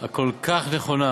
הכל-כך נכונה.